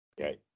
Okay